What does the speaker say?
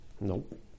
Nope